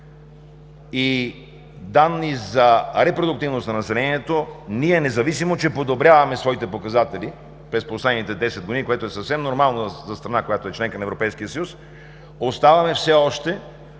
и данни за репродуктивност на населението, независимо че подобряваме своите показатели през последните 10 години, което е съвсем нормално за страна, която е членка на Европейския съюз, оставаме все още